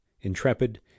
intrepid